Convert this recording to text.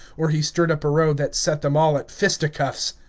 or he stirred up a row that set them all at fisticuffs.